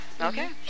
Okay